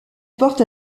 porte